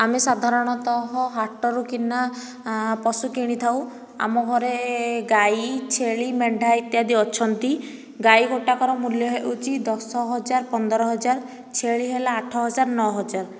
ଆମେ ସାଧାରଣତଃ ହାଟରୁ କିନା ପଶୁ କିଣି ଥାଉ ଆମ ଘରେ ଗାଈ ଛେଳି ମେଣ୍ଢା ଇତ୍ୟାଦି ଅଛନ୍ତି ଗାଈ ଗୋଟିଏ ର ମୂଲ୍ୟ ହେଉଛି ଦଶ ହଜାର ପନ୍ଦର ହଜାର ଛେଳି ହେଲା ଆଠ ହଜାର ନଅ ହଜାର